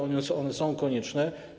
One są konieczne.